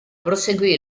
proseguì